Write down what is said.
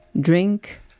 drink